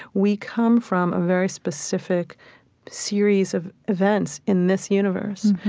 we come from a very specific series of events in this universe,